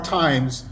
times